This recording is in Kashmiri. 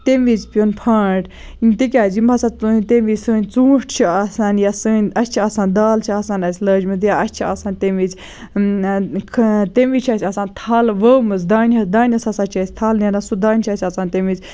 تَمہِ وِزِ پیوٚن پھانٹھ تِکیازِ یِم ہسا تٔمۍ وِزِ سٲنۍ ژوٗنٹھۍ چھِ آسان یا سٲنۍ اسہِ چھِ آسان دال چھِ آسان اَسہِ لٲلج مٕژ یا اَسہِ چھِ آسان تَمہِ وِزِ تٔمۍ وِزِ چھُ اسہِ آسان تھل ؤومٕژ دانیس دانیس ہسا چھ اَسہِ تھل نیران سُہ دانہِ چھُ اسہِ آسان تَمہِ وِزِ